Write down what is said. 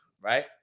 right